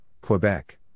Quebec